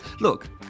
Look